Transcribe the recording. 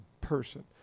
person